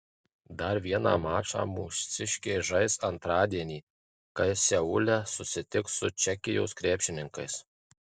dar vieną mačą mūsiškiai žais antradienį kai seule susitiks su čekijos krepšininkais